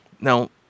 Now